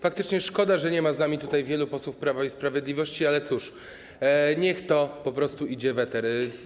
Faktycznie szkoda, że nie ma z nami tutaj wielu posłów Prawa i Sprawiedliwości, ale cóż, niech to po prostu idzie w eter.